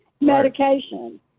medication